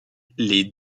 les